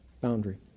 boundary